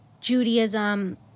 Judaism